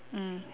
mm